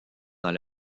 dans